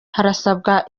harasabwa